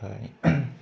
आमफाय